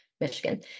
Michigan